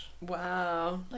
Wow